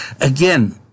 again